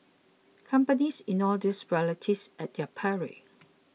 companies ignore these realities at their peril